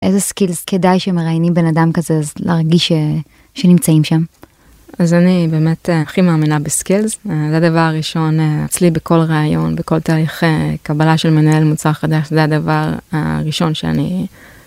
איזה סקילס כדאי שמראיינים בן אדם כזה אז להרגיש ש.. שנמצאים שם? אז אני באמת הכי מאמינה בסקילס, זה הדבר הראשון אה.. אצלי בכל ראיון, בכל תהליך אה.. קבלה של מנהל מוצר חדש, זה הדבר הראשון שאני...